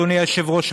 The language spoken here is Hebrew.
אדוני היושב-ראש,